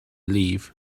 leave